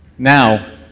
now